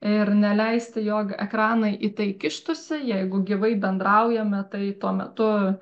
ir neleisti jog ekranai į tai kištųsi jeigu gyvai bendraujame tai tuo metu